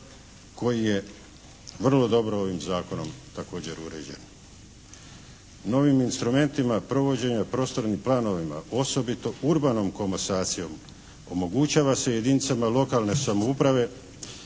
koji je vrlo dobro ovim zakonom također uređen. Novim instrumentima provođenja prostornim planovima osobito urbanom komasacijom omogućava se jedinicama lokalne samouprave